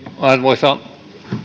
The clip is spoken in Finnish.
arvoisa